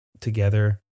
together